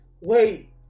wait